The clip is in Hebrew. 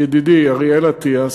ידידי אריאל אטיאס,